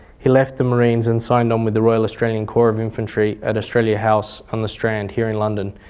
he left the marines and signed on with the royal australian corps of infantry at australia house on the strand here in london,